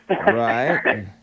Right